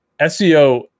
SEO